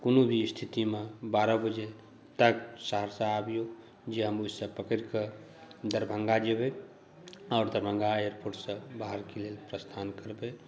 कोनो भी स्थितिमे बारह बजे तक सहरसा आबियौ जे हम ओहिसँ पकड़ि कऽ दरभङ्गा जेबै आओर दरभङ्गा एअरपोर्टसँ बाहरके लेल प्रस्थान करबै